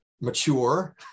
mature